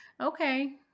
Okay